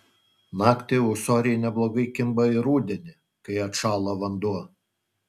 naktį ūsoriai neblogai kimba ir rudenį kai atšąla vanduo